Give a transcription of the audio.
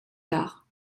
tard